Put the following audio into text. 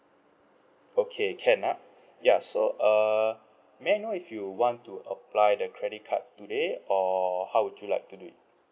okay can or not yeah so err may I know if you want to apply the credit card today or how would you like to do it